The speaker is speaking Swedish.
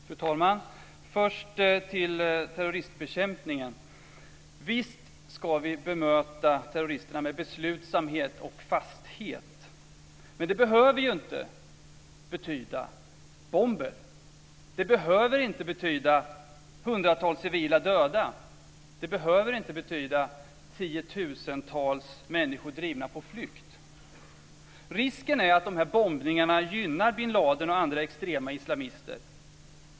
Fru talman! Först vill jag tala om terroristbekämpningen. Visst ska vi bemöta terroristerna med beslutsamhet och fasthet. Men det behöver ju inte betyda bomber. Det behöver inte betyda hundratals civila döda. Det behöver inte betyda tiotusentals människor drivna på flykt. Risken är att de här bombningarna gynnar bin Ladin och andra extrema islamister.